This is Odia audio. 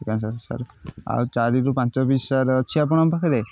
ଆଜ୍ଞା ସାର୍ ସାର୍ ଆଉ ଚାରିରୁ ପାଞ୍ଚ ପିସ୍ ସାର୍ ଅଛି ଆପଣଙ୍କ ପାଖରେ